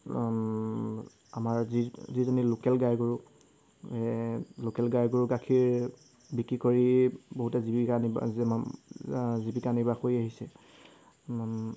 আমাৰ যি যিজনী লোকেল গাই গৰু এই লোকেল গাই গৰু গাখীৰ বিক্ৰী কৰিয়ে বহুতে জীৱিকা জীৱিকা নিৰ্বাহ কৰি আহিছে